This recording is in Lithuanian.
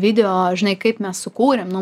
video žinai kaip mes sukūrėm nuo